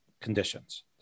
conditions